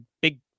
big